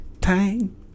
time